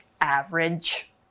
average